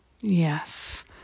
Yes